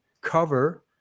cover